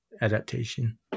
adaptation